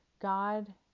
God